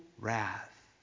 wrath